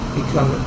become